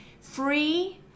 Free